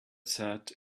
sat